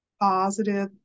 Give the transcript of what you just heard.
positive